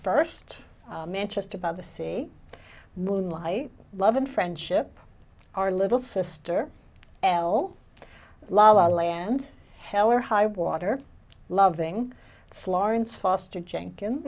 first manchester by the sea moonlight love and friendship our little sister al la la land hell or highwater loving florence foster jenkins